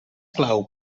clau